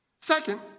Second